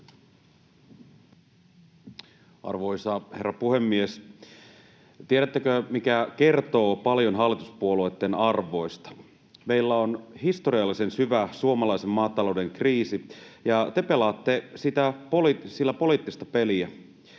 Arvoisa herra puhemies! Tiedättekö, mikä kertoo paljon hallituspuolueitten arvoista? Meillä on historiallisen syvä suomalaisen maatalouden kriisi, ja te pelaatte sillä poliittista peliä.